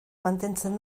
mantentzen